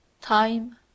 time